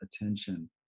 attention